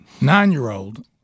nine-year-old